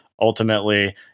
Ultimately